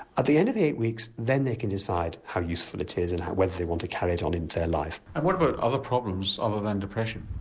at the end of the eight weeks then they can decide how useful it is and whether they want to carry it on into their life. and what about other problems other than depression?